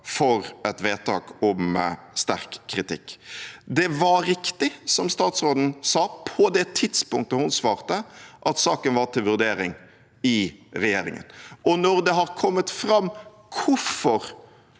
for et vedtak om sterk kritikk. Det var riktig som statsråden sa på det tidspunktet hun svarte, at saken var til vurdering i regjeringen, og når det har kommet fram hvorfor